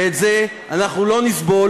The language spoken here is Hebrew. ואת זה אנחנו לא נסבול,